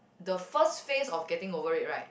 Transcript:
the first phase of getting over it right